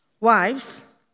Wives